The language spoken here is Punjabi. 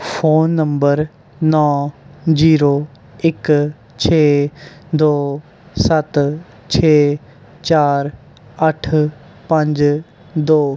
ਫ਼ੋਨ ਨੰਬਰ ਨੌ ਜ਼ੀਰੋ ਇੱਕ ਛੇ ਦੋ ਸੱਤ ਛੇ ਚਾਰ ਅੱਠ ਪੰਜ ਦੋ